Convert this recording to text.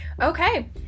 Okay